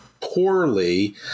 poorly